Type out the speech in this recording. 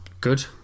Good